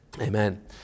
Amen